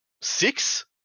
six